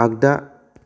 आग्दा